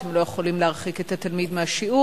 אתם לא יכולים להרחיק את התלמיד מהשיעור.